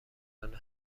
کنه